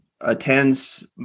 attends